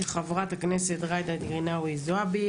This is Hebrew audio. של חברת הכנסת ג'ידא רינאוי זועבי,